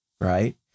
Right